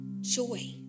joy